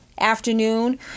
afternoon